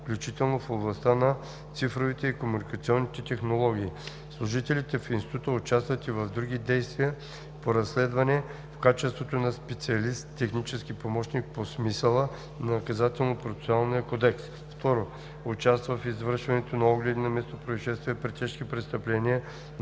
включително в областта на цифровите и комуникационните технологии; служители в института участват и в други действия по разследването в качеството на специалист-технически помощник по смисъла на Наказателно-процесуалния кодекс; 2. участва в извършването на огледи на местопроизшествия при тежки престъпления на